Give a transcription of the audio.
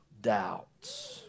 doubts